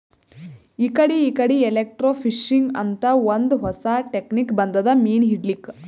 ಇಕಡಿ ಇಕಡಿ ಎಲೆಕ್ರ್ಟೋಫಿಶಿಂಗ್ ಅಂತ್ ಒಂದ್ ಹೊಸಾ ಟೆಕ್ನಿಕ್ ಬಂದದ್ ಮೀನ್ ಹಿಡ್ಲಿಕ್ಕ್